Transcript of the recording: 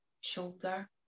shoulder